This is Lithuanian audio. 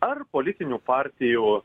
ar politinių partijų